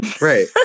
Right